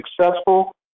successful